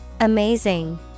Amazing